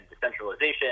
decentralization